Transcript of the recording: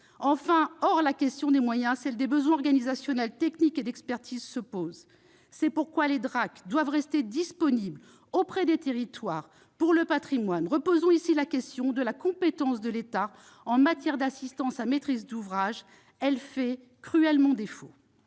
Enfin, hors la question des moyens, celles des besoins organisationnels, techniques et en termes d'expertise se posent. C'est pourquoi les DRAC doivent rester disponibles, auprès des territoires, pour le patrimoine. Reposons la question de la compétence de l'État en matière d'assistance à maîtrise d'ouvrage. Elle fait cruellement défaut